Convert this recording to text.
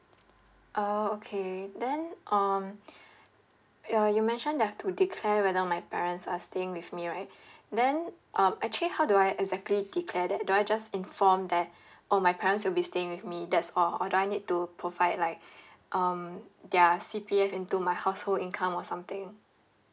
oh okay then um uh you mentioned that have to declare whether my parents are staying with me right then um actually how do I exactly declare that do I just inform that oh my parents will be staying with me that's all or do I need to provide like um their C_P_F into my household income or something